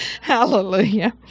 Hallelujah